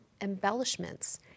embellishments